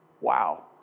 Wow